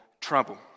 trouble